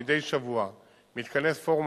מדי שבוע מתכנס פורום,